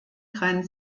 grand